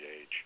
age